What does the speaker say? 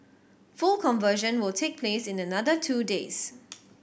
full conversion will take place in another two days